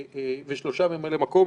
ושלושה ממלאי מקום,